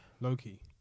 Loki